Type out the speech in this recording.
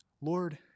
Lord